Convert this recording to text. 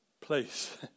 place